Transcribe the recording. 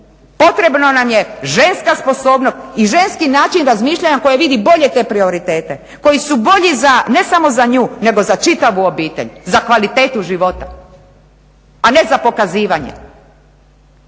potrebna nam je ženska sposobnost i ženski način razmišljanja koje vidi bolje te prioritete, koji su bolji ne samo za nju nego za čitavu obitelj, za kvalitetu života, a ne za pokazivanje.